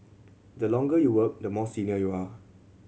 the longer you work the more senior you are